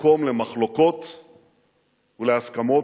מקום למחלוקות ולהסכמות,